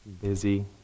busy